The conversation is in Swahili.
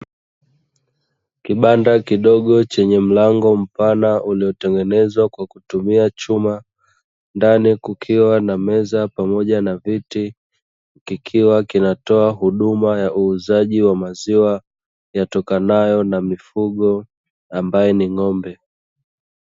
Kibanda kidogo chenye mlango mpana, uliotengenezwa kwa kutumia chuma ndani kukiwa na meza pamoja na viti kikiwa kinatoa huduma ya uuzaji wa maziwa yatokanayo na mifugo ambaye ni ng'ombe.